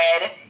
red